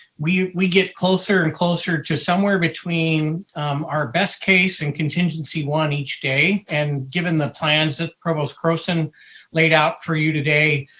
we we get closer and closer to somewhere between our best case and contingency one each day. and given the plans that provost croson laid out for you today,